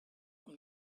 from